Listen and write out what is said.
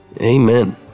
Amen